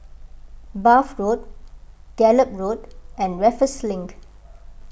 Bath Road Gallop Road and Raffles Link